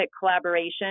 collaboration